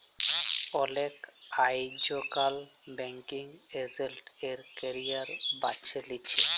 অলেকে আইজকাল banking agent এর ক্যারিয়ার বাছে লিছে